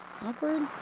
awkward